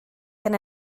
gan